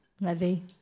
Levy